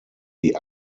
die